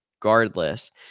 regardless